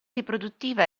riproduttiva